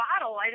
bottle